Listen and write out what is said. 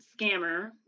Scammer